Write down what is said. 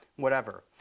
whatever.